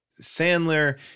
Sandler